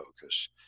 focus